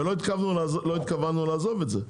ולא התכוונו לעזוב את זה.